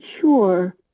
sure